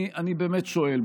אני באמת שואל.